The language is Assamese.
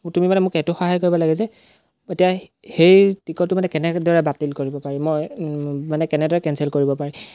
তুমি মানে মোক এইটো সহায় কৰিব লাগে যে এতিয়া সেই টিকটটো মানে কেনেদৰে বাতিল কৰিব পাৰি মই মানে কেনেদৰে কেঞ্চেল কৰিব পাৰি